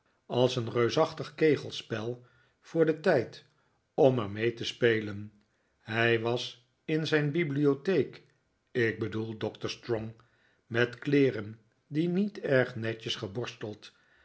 als een reusachtig kegelspel voor den tijd om er mee te spelen hij was in zijn bibliotheek ik bedoel doctor strong met kleeren die niet erg netjes geborsteld